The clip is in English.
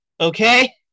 okay